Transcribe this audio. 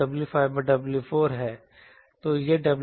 अब W5W4 है